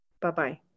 Bye-bye